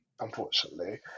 unfortunately